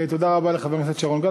תודה רבה לחבר הכנסת שרון גל.